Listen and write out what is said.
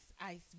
Ice